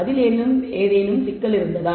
அதில் ஏதேனும் சிக்கல் இருக்கிறதா